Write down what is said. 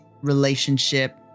relationship